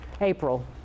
April